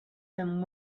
than